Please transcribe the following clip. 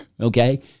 Okay